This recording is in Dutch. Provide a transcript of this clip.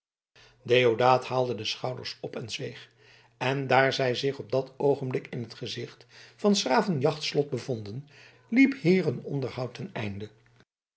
deodaat haalde de schouders op en zweeg en daar zij zich op dat oogenblik in t gezicht van s graven jachtslot bevonden liep hier hun onderhoud ten einde